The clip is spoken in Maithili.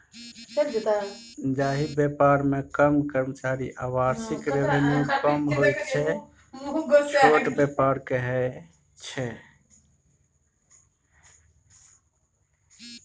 जाहि बेपार मे कम कर्मचारी आ बार्षिक रेवेन्यू कम होइ छै छोट बेपार कहय छै